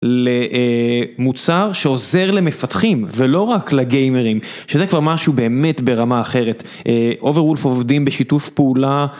למוצר שעוזר למפתחים, ולא רק לגיימרים, שזה כבר משהו באמת ברמה אחרת. Overwolf עובדים בשיתוף פעולה.